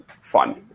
fun